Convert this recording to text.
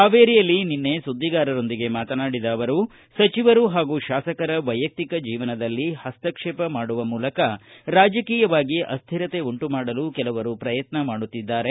ಹಾವೇರಿಯಲ್ಲಿ ನಿನ್ನೆ ಸುದ್ದಿಗಾರರೊಂದಿಗೆ ಮಾತನಾಡಿದ ಅವರು ಸಚಿವರು ಪಾಗೂ ಶಾಸಕರ ವೈಯಕ್ಕಿಕ ಜೀವನದಲ್ಲಿ ಪಸ್ತಕ್ಷೇಪ ಮಾಡುವ ಮೂಲಕ ರಾಜಕೀಯವಾಗಿ ಅಸ್ವಿರತೆ ಉಂಟು ಮಾಡಲು ಕೆಲವರು ಪ್ರಯತ್ನ ಮಾಡುತ್ತಿದ್ದಾರೆ